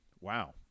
Wow